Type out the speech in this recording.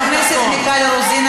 חברת הכנסת מיכל רוזין,